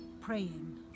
praying